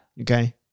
Okay